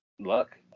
luck